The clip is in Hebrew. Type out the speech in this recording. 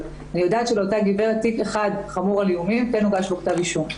אני יודעת שלאותה גברת תיק אחד חמור על איומים כן הוגש בו כתב אישום.